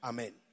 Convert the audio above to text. Amen